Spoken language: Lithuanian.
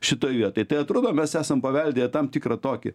šitoj vietoj tai atrodo mes esam paveldėję tam tikrą tokį